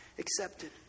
accepted